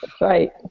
Right